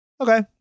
Okay